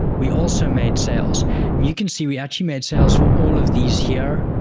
we also made sales and you can see we actually made sales for all of these here,